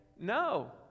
No